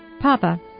Papa